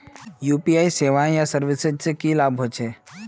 UPI सेवाएँ या services से की लाभ होचे?